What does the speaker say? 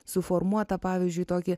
suformuotą pavyzdžiui tokį